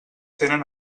tenen